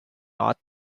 not